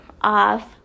off